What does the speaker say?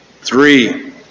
Three